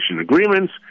agreements